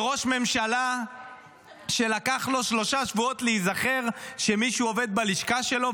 בראש ממשלה שלקח לו שלושה שבועות להיזכר שמישהו עובד בלשכה שלו,